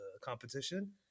competition